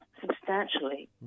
substantially